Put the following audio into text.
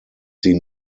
sie